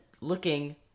looking